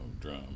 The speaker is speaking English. drum